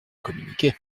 communiquer